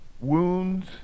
wounds